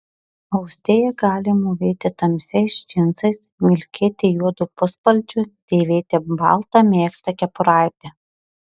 austėja gali mūvėti tamsiais džinsais vilkėti juodu puspalčiu dėvėti baltą megztą kepuraitę